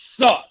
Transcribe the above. suck